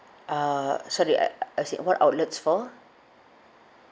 uh sorry a~ as in what outlets for